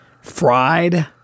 fried